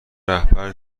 رهبر